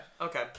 Okay